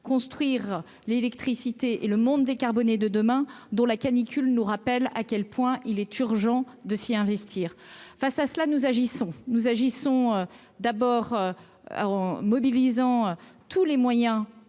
construire l'électricité et le monde décarboné de demain : la canicule nous rappelle à quel point il est urgent de s'y investir. Nous agissons, d'abord en mobilisant tous les moyens